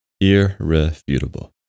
Irrefutable